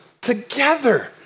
together